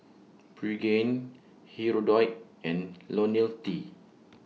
Pregain Hirudoid and Ionil T